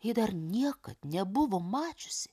ji dar niekad nebuvo mačiusi